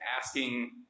asking